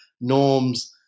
norms